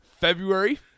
February